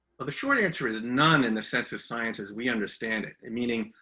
well, the short answer is none in the sense of science, as we understand it. and meaning,